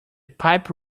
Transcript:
pipe